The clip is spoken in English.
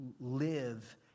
live